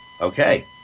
Okay